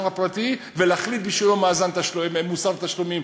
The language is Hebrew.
הפרטי ולהחליט בשבילו על מוסר תשלומים?